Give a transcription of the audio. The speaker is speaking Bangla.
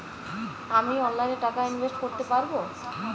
আমি অনলাইনে টাকা ইনভেস্ট করতে পারবো?